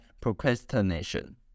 procrastination